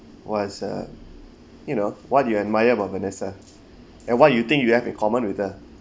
was uh you know what you admire about vanessa and what you think you have in common with her